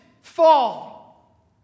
fall